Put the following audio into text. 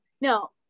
no